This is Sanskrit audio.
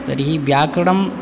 तर्हि व्याकरणं